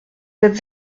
êtes